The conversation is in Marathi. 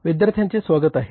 विद्यार्थ्यांचे स्वागत आहे